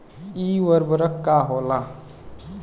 इ उर्वरक का होला?